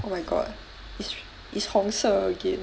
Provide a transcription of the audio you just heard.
oh my god is is 红色 again